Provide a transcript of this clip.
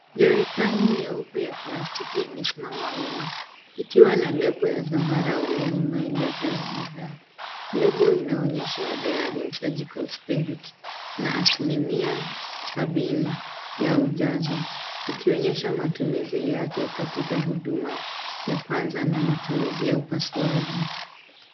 Jerikani nyeupe ya plastiki imesimama wima ikiwa na lebo ya zambarau enye maelezo ya bidhaa. Lebo inaonyesha Diarim surgical spirit na asilimia sabini ya ujazo ukionyesha matumizi yake katika huduma ya kwanza na matumizi ya upasuaji.